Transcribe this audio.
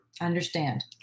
understand